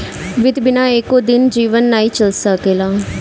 वित्त बिना एको दिन जीवन नाइ चल सकेला